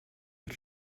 mit